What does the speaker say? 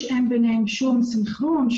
שאין ביניהם שום סינכרון,